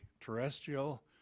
terrestrial